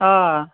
آ